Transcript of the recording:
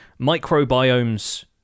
microbiomes